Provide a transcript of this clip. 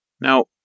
Now